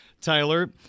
Tyler